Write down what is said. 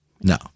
No